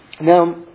Now